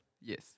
Yes